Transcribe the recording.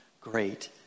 great